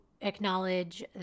acknowledge